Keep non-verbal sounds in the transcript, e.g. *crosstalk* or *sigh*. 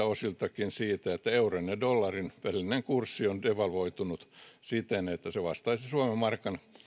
*unintelligible* osin siitä että euron ja dollarin välinen kurssi on devalvoitunut siten että se vastaisi suomen markan devalvoitumista